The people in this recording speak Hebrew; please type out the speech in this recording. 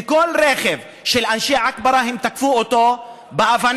וכל רכב של אנשי עכברא הם תקפו אותו באבנים.